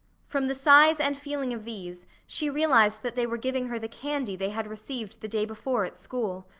from the size and feeling of these, she realized that they were giving her the candy they had received the day before at school.